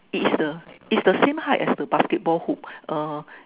it's the it's the same height as the basketball hoop uh